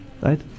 right